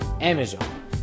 Amazon